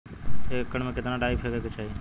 एक एकड़ में कितना डाई फेके के चाही?